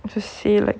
just say like